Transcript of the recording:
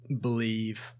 believe